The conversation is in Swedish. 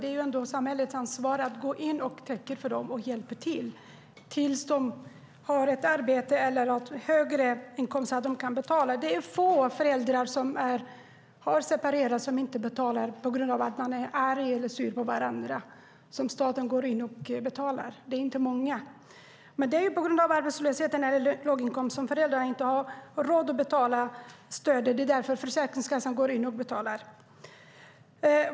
Det är ändå samhällets ansvar att gå in och täcka upp för dem och hjälpa till, tills de har ett arbete eller högre inkomst så att de kan betala. Det är få fall där föräldrar som har separerat inte betalar på grund av att de är arga eller sura på varandra och där staten går in och betalar. Det är på grund av arbetslöshet eller låg inkomst som föräldrar inte har råd att betala stödet, och det är därför Försäkringskassan går in och betalar.